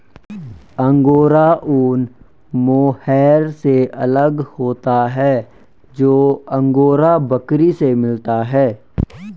angora ऊन mohair से अलग होता है जो अंगोरा बकरी से मिलता है